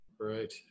Right